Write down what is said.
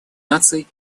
наций